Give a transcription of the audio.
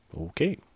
Okay